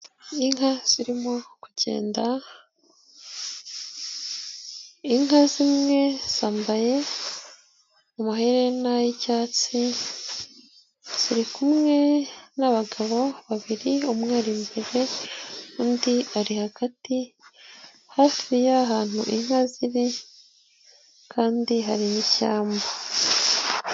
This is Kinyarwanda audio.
Inka zirimo kugenda, inka zimwe zambaye amahena y'icyatsi, zirikumwe n'abagabo babiri, umwe imbere, undi ari hagati, hafi y'ahantu inka ziri kandi hari nshyamba.